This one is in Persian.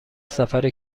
سفر